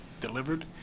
delivered